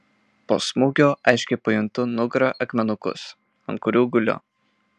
po smūgio aiškiai pajuntu nugara akmenukus ant kurių guliu